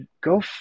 go